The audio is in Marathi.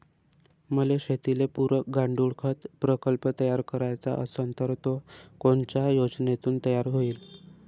मले शेतीले पुरक गांडूळखत प्रकल्प तयार करायचा असन तर तो कोनच्या योजनेतून तयार होईन?